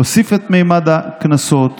להוסיף את ממד הקנסות,